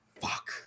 Fuck